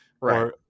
Right